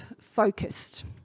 focused